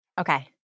Okay